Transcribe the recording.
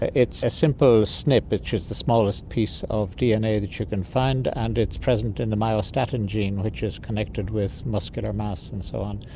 it's a simple snip which is the smallest piece of dna that you can find and it's present in the myostatin gene which is connected with muscular mass and so on.